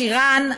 שירן,